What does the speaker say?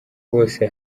wose